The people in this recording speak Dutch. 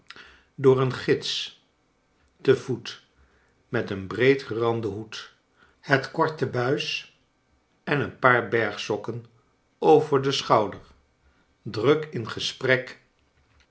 door een gids te voet met een breedgeranden hoed het korte buis en een paar bergstokken over den schouder druk in gesprek